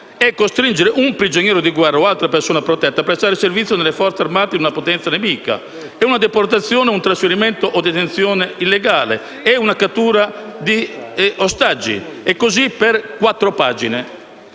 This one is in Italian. è costringere un prigioniero di guerra o altra persona protetta a prestare servizio nelle Forze armate di una potenza nemica; è la deportazione, un trasferimento o detenzione illegale; è una cattura di ostaggi. E si continua così per quattro pagine.